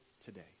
today